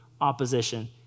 opposition